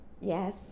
Yes